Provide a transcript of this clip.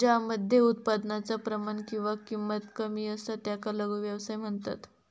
ज्या मध्ये उत्पादनाचा प्रमाण किंवा किंमत कमी असता त्याका लघु व्यवसाय म्हणतत